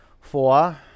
Four